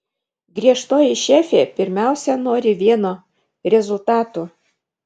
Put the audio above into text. griežtoji šefė pirmiausia nori vieno rezultatų